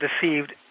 deceived